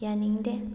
ꯌꯥꯅꯤꯡꯗꯦ